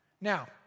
Now